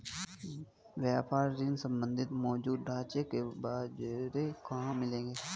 व्यापार ऋण संबंधी मौजूदा ढांचे के ब्यौरे कहाँ मिलेंगे?